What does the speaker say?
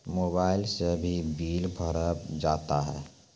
Mobile से भी bill भरा जाता हैं?